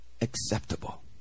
acceptable